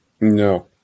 No